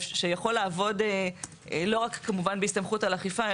שיכול לעבוד לא רק כמובן בהסתמכות על אכיפה,